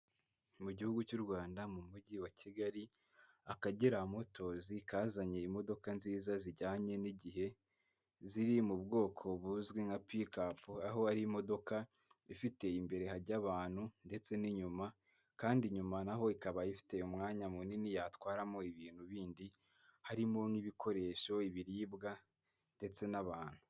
Mu Gihugu cy'u Rwanda mu Mujyi wa Kigali, Akagera Motors kazanye imodoka nziza zijyanye n'igihe, ziri mu bwoko buzwi nka pikapu aho ari imodoka ifite imbere hajya abantu ndetse n'inyuma, kandi inyuma na ho ikaba ifite umwanya munini yatwaramo ibintu bindi, harimo nk'ibikoresho, ibiribwa ndetse n'abantu.